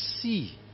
See